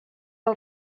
per